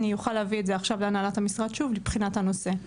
אני אוכל להביא את זה עכשיו להנהלת המשרד שוב לבחינת הנושא.